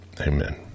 Amen